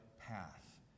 path